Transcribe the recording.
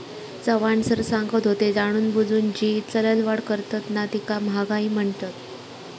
Chavan sir सांगत होते, जाणूनबुजून जी चलनवाढ करतत ना तीका महागाई म्हणतत